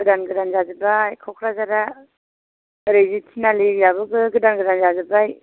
गोदान गोदान जाजोबबाय क'कराझारा ओरै थिनालिआबो गोदान गोदान जाजोबबाय